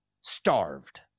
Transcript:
starved